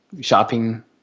shopping